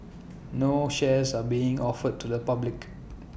no shares are being offered to the public